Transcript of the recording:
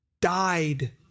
died